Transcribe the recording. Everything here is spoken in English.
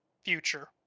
future